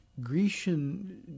Grecian